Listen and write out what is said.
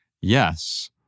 yes